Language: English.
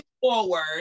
forward